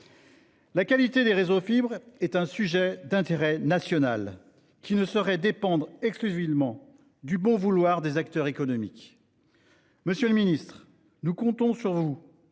La qualité des réseaux fibre est un sujet d'intérêt national qui ne saurait dépendre exclusivement du bon vouloir des acteurs économiques. Monsieur le ministre, nous comptons sur vous